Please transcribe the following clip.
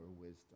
wisdom